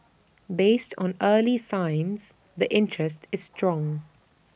based on early signs the interest is strong